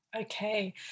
Okay